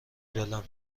دلم